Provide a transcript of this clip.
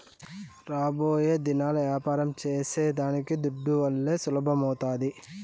రాబోయేదినాల్ల యాపారం సేసేదానికి దుడ్డువల్లే సులభమౌతాది